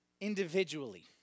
individually